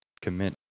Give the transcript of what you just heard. commit